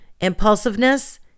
Impulsiveness